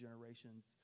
generations